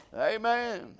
Amen